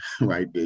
right